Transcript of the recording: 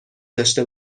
داشته